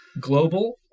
global